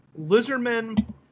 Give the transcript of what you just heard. Lizardmen